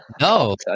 No